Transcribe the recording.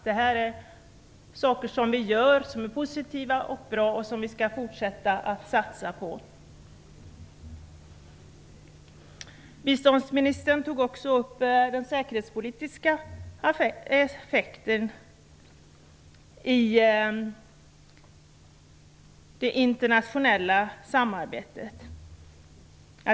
Det är saker som vi gör som är positiva, bra och som vi skall fortsätta att satsa på. Biståndsministern tog också upp den säkerhetspolitiska effekten av det internationella samarbetet.